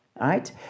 right